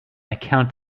account